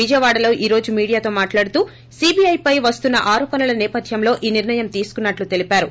విజయవాడలో ఈ రోజు మీడియాతో మాట్లాడుతూ సీబీఐపై వస్తున్న ఆరోపణల సేపద్యంలో ఈ నిర్ణయం తీసుకున్నట్లు తెలిపారు